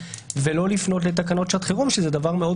ולא לפנות לתקנות שעת חירום שזה דבר מאוד